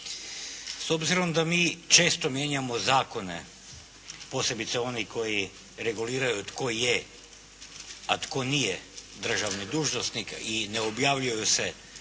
S obzirom da mi često mijenjamo zakone posebice one koji reguliraju tko je, a tko nije državni dužnosnik i ne objavljuju se